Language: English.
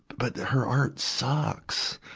but her art sucks.